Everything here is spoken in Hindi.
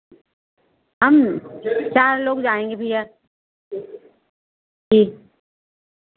हम चार लोग जाएंगे भैया जी